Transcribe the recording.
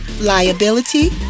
liability